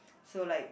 so like